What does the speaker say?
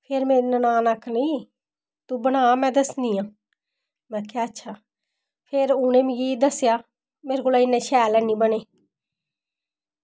फिर मेरी ननान आक्खन लग्गी तू बनाऽ में दस्सनी आं ते में आक्खेआ अच्छा ते फिर उनें मिगी दस्सेआ मेरे कोला इन्ने शैल ऐ निं बने